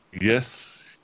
Yes